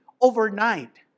overnight